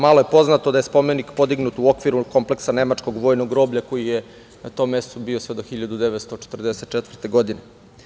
Malo je poznato da je spomenik podignut u okviru kompleksa nemačkog vojnog groblja koje je na tom mestu bilo sve do 1944. godine.